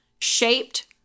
shaped